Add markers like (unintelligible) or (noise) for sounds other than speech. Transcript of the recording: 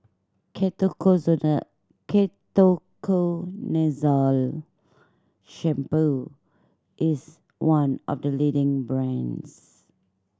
(unintelligible) Ketoconazole Shampoo is one of the leading brands